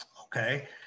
okay